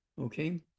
Okay